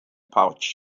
pouch